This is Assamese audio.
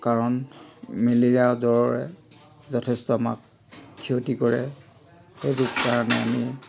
কাৰণ মেলেৰিয়া জ্বৰে যথেষ্ট আমাক ক্ষতি কৰে সেইবোৰ কাৰণে আমি